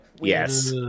Yes